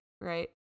right